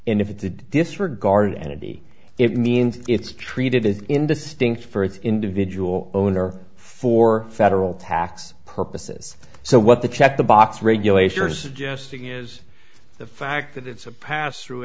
and if it's a disregard entity it means it's treated as in the stinks for it's individual owner for federal tax purposes so what the check the box regulations are suggesting is the fact that it's a pass through